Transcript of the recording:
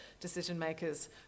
decision-makers